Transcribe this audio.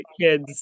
kids